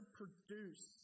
produce